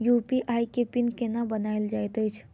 UPI केँ PIN केना बनायल जाइत अछि